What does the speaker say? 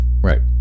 right